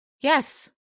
Yes